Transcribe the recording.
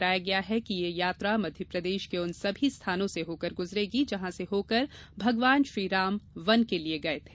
बताया गया है कि ये यात्रा मध्यप्रदेश के उन सभी स्थानों से होकर गुजरेगी जहां से होकर भगवान श्री राम वन के लिए गए थे